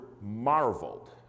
marveled